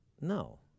No